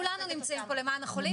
כולנו פה למען החולים.